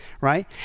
right